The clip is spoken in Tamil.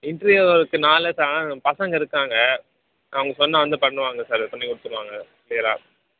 இன்ட்ரிவியூக்கு நாளை தான் பசங்க இருக்காங்க அவங்க சொன்னால் வந்து பண்ணுவாங்க சார் அது பண்ணிக் கொடுத்துருவாங்க க்ளியராக